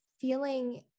feeling